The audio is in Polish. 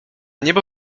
niebo